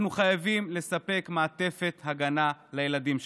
אנחנו חייבים לספק מעטפת הגנה לילדים שלנו.